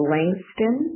Langston